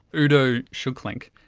udo schuklenk,